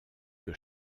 que